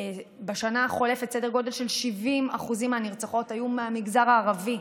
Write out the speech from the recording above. בשנה החולפת סדר גודל של 70% מהנרצחות היו מהמגזר הערבי,